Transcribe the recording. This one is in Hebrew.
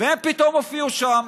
הם פתאום הופיעו שם,